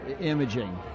imaging